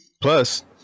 Plus